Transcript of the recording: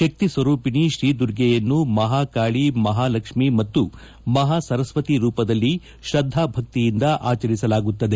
ಶಕ್ತಿ ಸ್ವರೂಪಿಣಿ ಶ್ರೀ ದುರ್ಗೆಯನ್ನು ಮಹಾಕಾಳಿ ಮಹಾಲಕ್ಷ್ಮಿ ಮತ್ತು ಮಹಾ ಸರಸ್ವತಿ ರೂಪದಲ್ಲಿ ಶ್ರದ್ದಾಭಕ್ತಿಯಿಂದ ಆಚರಿಸಲಾಗುತ್ತದೆ